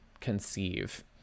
conceive